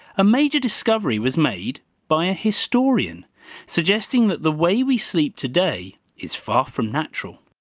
a major discovery was made by a historian suggesting that the way we sleep today is far from natural.